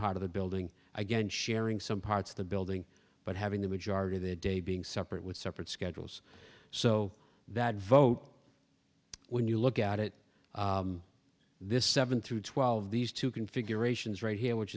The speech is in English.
part of the building again sharing some parts of the building but having the majority of the day being separate with separate schedules so that vote when you look at it this seven through twelve these two configurations right here which